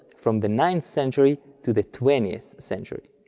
from the ninth century to the twentieth century.